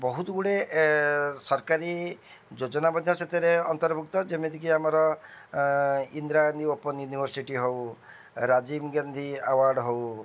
ବହୁତ ଗୁଡ଼େ ସରକାରୀ ଯୋଜନା ମଧ୍ୟ ସେଥିରେ ଅନ୍ତର୍ଭୁକ୍ତ ଯେମିତି କି ଆମର ଇନ୍ଦିରା ଗାନ୍ଧୀ ଓପନ୍ ୟୁନିର୍ଭସିଟି ହେଉ ରାଜୀବ ଗାନ୍ଧୀ ଆୱାର୍ଡ଼ ହେଉ